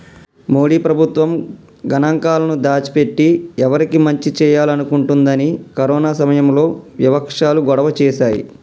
మోడీ ప్రభుత్వం గణాంకాలను దాచి పెట్టి ఎవరికి మంచి చేయాలనుకుంటుందని కరోనా సమయంలో వివక్షాలు గొడవ చేశాయి